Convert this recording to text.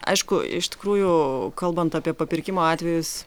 aišku iš tikrųjų kalbant apie papirkimo atvejus